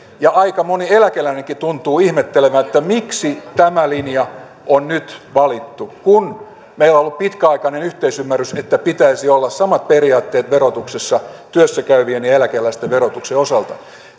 ja aika moni eläkeläinenkin tuntuu ihmettelevän miksi tämä linja on nyt valittu kun meillä on ollut pitkäaikainen yhteisymmärrys että pitäisi olla samat periaatteet verotuksessa työssä käyvien ja eläkeläisten verotuksen osalta